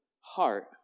heart